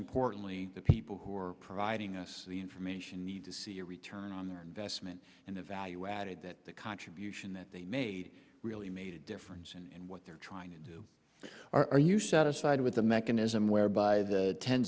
importantly the people who are providing us the information need to see a return on their investment and the value added that the contribution that they made really made a difference and what they're trying to do are you satisfied with the mechanism whereby the tens